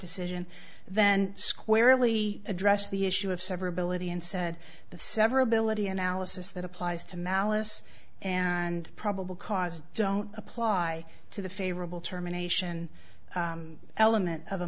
decision then squarely addressed the issue of severability and said the severability analysis that applies to malice and probable cause don't apply to the favorable terminations element of a